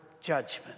judgment